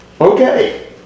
Okay